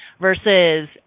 versus